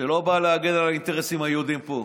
שלא באה להגן על האינטרסים היהודיים פה.